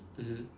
mmhmm